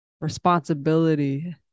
responsibility